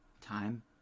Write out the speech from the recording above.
time